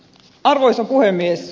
arvoisa puhemies